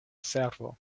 servo